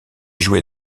jouait